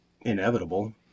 inevitable